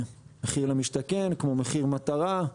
מחיר למשתכן, מחיר מטרה,